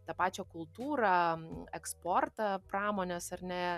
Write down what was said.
tą pačią kultūrą eksportą pramonės ar ne